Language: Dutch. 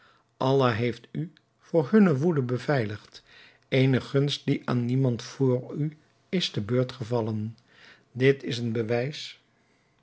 allah heeft u voor hunne woede beveiligd eene gunst die aan niemand vr u is te beurt gevallen dit is een bewijs